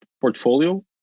portfolio